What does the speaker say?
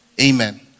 Amen